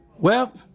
well,